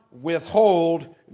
withhold